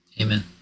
amen